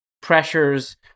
pressures